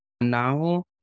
Now